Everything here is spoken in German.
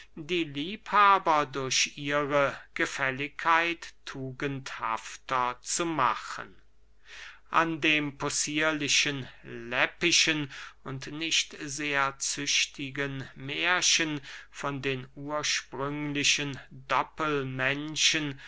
die liebhaber durch ihre gefälligkeit tugendhafter zu machen christoph martin wieland an dem possierlich läppischen und nicht sehr züchtigen mährchen von den ursprünglichen